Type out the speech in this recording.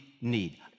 need